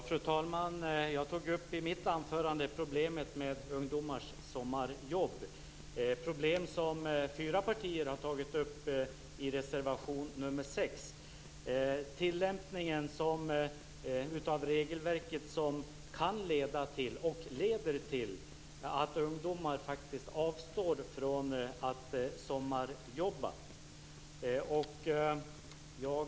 Fru talman! Jag tog i mitt anförande upp problemet med ungdomars sommarjobb. Det är ett problem som fyra partier har tagit upp i reservation nr 6. Tilllämpningen av regelverket kan leda till och leder till att ungdomar faktiskt avstår från att sommarjobba.